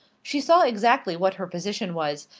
she saw exactly what her position was,